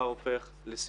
אני